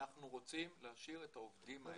אנחנו רוצים להשאיר את העובדים האלה,